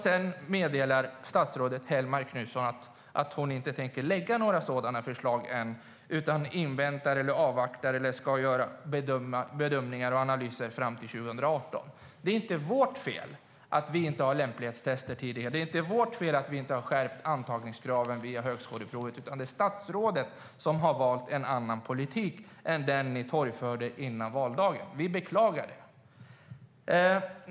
Sedan meddelar statsrådet Hellmark Knutsson att hon inte tänker lägga fram några sådana förslag ännu utan inväntar eller avvaktar eller ska göra bedömningar och analyser fram till 2018. Det är inte vårt fel att vi inte har infört lämplighetstester tidigare. Det är inte vårt fel att vi inte har skärpt antagningskraven via högskoleprovet, utan det är statsrådet som har valt en annan politik än den man torgförde före valdagen. Det beklagar vi.